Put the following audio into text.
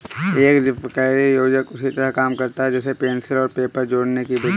एक रिपलकैरी योजक उसी तरह काम करता है जैसे पेंसिल और पेपर जोड़ने कि विधि